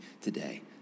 today